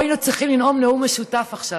פה היינו צריכים לנאום נאום משותף עכשיו,